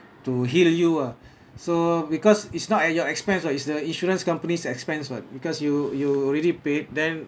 to hear you ah so because it's not at your expense ah is the insurance companies expense [what] because you you already paid them